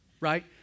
right